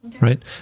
right